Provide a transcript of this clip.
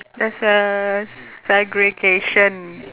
there's a segregation